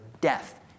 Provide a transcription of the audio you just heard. death